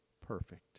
perfect